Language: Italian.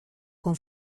con